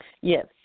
Yes